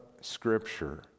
scripture